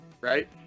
Right